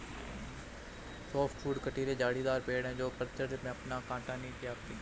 softwood कँटीले झाड़ीदार पेड़ हैं जो पतझड़ में अपना काँटा नहीं त्यागते